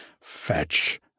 Fetch